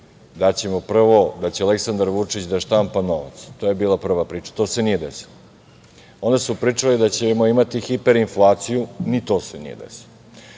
Đilasovi, prvo da će Aleksandar Vučić da štampa novac. To je bila prva priča. To se nije desilo. Onda su pričali da ćemo imati hiperinflaciju, ni to se nije desilo.